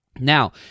Now